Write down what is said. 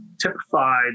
typified